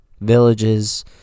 villages